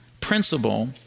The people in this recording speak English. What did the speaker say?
principle